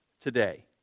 today